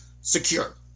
secure